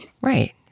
Right